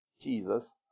Jesus